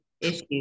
issues